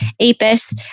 apis